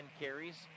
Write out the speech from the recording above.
carries